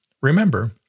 Remember